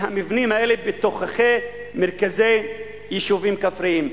המבנים האלה בתוככי מרכזי יישובים כפריים.